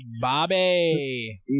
Bobby